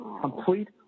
Complete